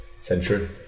century